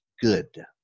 good